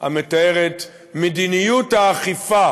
המתאר את מדיניות האכיפה